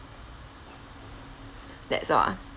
that's all ah